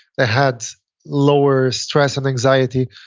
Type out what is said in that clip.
they had lower stress and anxiety,